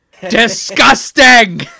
Disgusting